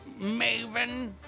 Maven